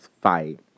fight